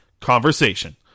Conversation